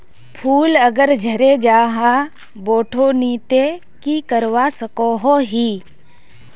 फूल अगर झरे जहा बोठो नी ते की करवा सकोहो ही?